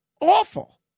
awful